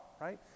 right